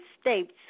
states